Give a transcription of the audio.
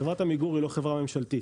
חברת עמיגור היא לא חברה ממשלתית.